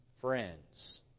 friends